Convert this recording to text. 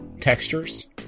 textures